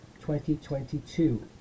2022